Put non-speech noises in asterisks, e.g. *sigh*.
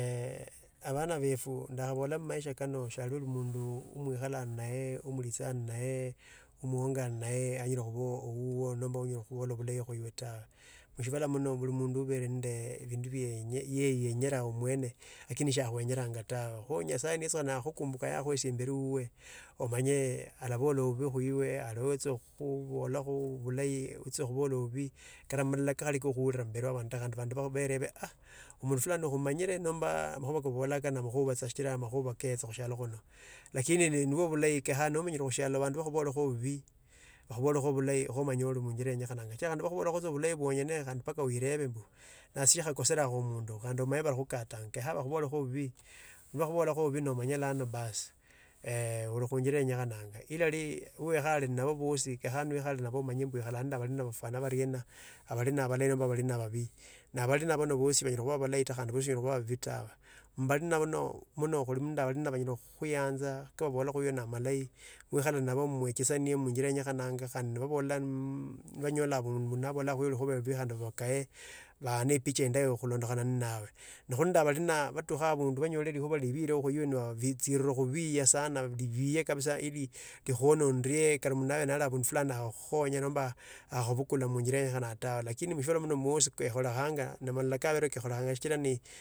*hesitation* eeh abhana bafu ndakhabola mumaisha kana mumaisha kano ndhakhabola shiali mundu omuikhala nnaye mulitsa nnaye muonga naye wuwi, namba anyala khabola bulahi khuiwe tawe nyala khubola buli mundu alinende bundu ye yeinyeraa omwena lakini shiakhuenyora tawe kho nyasaye naye akhakumbuka yakhuesia imnilo wuwi omanye alabalo bubi khuiwe aloho utsakhubola bulahi khuiwe oundi bubi kata kandi sikali kokhura imbili wa abondu tai abandi banyala khukhureba omundu plan akhumanyira nombo amakhoba koobalanga na amakhuba tsa keesha mushiala kuno lakini nibu bulahi kenyekho nomanyire khusialo kenyakhanga abandu bakhubulekho bubi nomba bulahi khomanye oli khunjila eenyekhananga. Shikira mundu nakhubola mubulahi bwonyene mpaka oireba mbu nase sindokhakosherakho omundu khandi omanye balakhutanga. Kenyekha bakhubolekho bubi. Nabakhubolakho bubi nomanya iano bos oli khunjila eenyekhananga. Nirali oikhare nabo bosi kenyakhanga omanye obalina balahi nomba obabi. Abalina aba bas sibanyala khuba babi nomba abalahi ta. Khuli nenda abanyala khukhuyana kababala khuwe na amalahi muehesanie mumbira enyekhananga khandi mundu nabola likhuba libikhoyekhandi mubakaya. Nakhuli nenda abali na batukha abundi banyola likhuba libirire khulwa sana nikali mundu ali abundi nlani akhukhonyi kata akhubukule munjira eenyekhananga tawe, lakini munjira nimwosi khe kholahanga nebola kawere kekhola shishira ni.